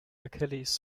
achilles